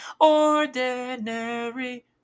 ordinary